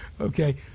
Okay